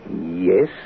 Yes